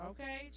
Okay